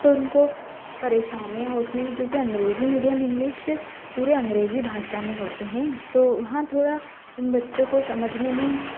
तो उनको परेशानियाँ होती हैं क्योंकि अंग्रेज़ी मीडियम इंग्लिश पूरे अंग्रेज़ी भाषा में होते हैं तो हाँ थोड़ा उन बच्चों को समझने में